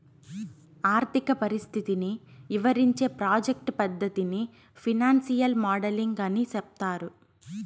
ఆర్థిక పరిస్థితిని ఇవరించే ప్రాజెక్ట్ పద్దతిని ఫైనాన్సియల్ మోడలింగ్ అని సెప్తారు